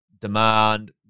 demand